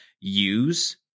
use